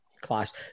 Class